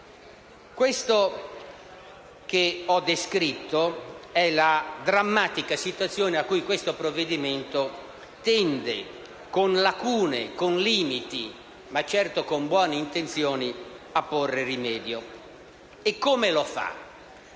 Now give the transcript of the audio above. Quella che ho descritto è la drammatica situazione a cui questo provvedimento tende, con lacune, con limiti, ma certo con buone intenzioni, a porre rimedio. E come lo fa?